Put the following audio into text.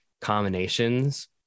combinations